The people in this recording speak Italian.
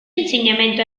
insegnamento